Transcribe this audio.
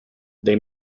they